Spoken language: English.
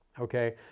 okay